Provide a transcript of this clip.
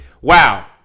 wow